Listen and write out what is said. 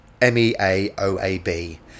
m-e-a-o-a-b